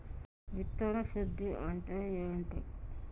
విత్తన శుద్ధి అంటే ఏంటి?